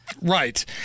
Right